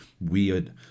weird